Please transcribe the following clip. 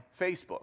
Facebook